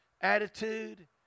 attitude